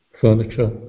furniture